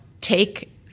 take